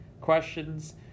questions